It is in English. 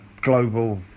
global